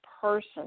person